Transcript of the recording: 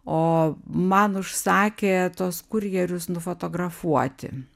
o man užsakė tuos kurjerius nufotografuoti